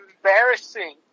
embarrassing